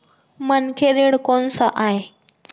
मनखे ऋण कोन स आय?